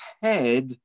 head